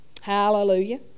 hallelujah